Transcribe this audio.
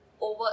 over